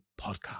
podcast